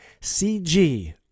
C-G